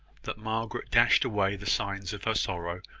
that margaret dashed away the signs of her sorrow,